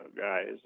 guys